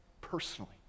personally